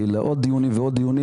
עוד דיונים ועוד דיונים,